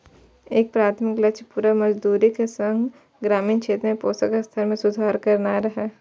एकर प्राथमिक लक्ष्य पूरक मजदूरीक संग ग्रामीण क्षेत्र में पोषण स्तर मे सुधार करनाय रहै